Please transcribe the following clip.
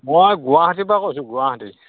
মই গুৱাহাটীৰ পৰা কৈছোঁ গুৱাহাটী